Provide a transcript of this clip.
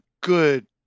good